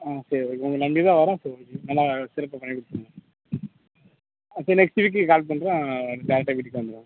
ஆ சரி ஓகே உங்களை நம்பி தான் வரேன் நல்லா சிறப்பாக பண்ணி கொடுத்துடுங்க சரி நெக்ஸ்ட் வீக்கு கால் பண்ணுறேன் டைரக்டாக வீட்டு வந்துடுங்க